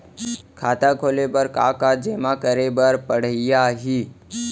खाता खोले बर का का जेमा करे बर पढ़इया ही?